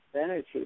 energy